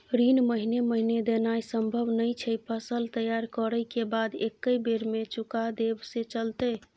ऋण महीने महीने देनाय सम्भव नय छै, फसल तैयार करै के बाद एक्कै बेर में चुका देब से चलते?